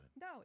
No